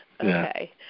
Okay